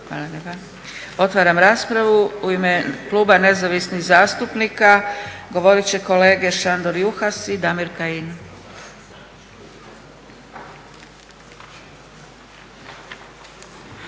Hvala lijepa. Otvaram raspravu. U ime kluba nezavisnih zastupnika govorit će kolege Šandor Juhas i Damir Kajin.